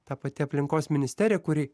ta pati aplinkos ministerija kuri